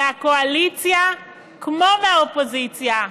מהקואליציה כמו מהאופוזיציה,